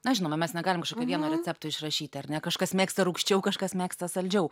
na žinoma mes negalim vieno recepto išrašyti ar ne kažkas mėgsta rūgščiau kažkas mėgsta saldžiau